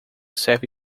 serve